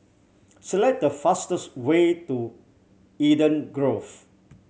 select the fastest way to Eden Grove